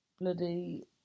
bloody